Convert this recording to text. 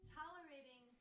tolerating